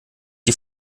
die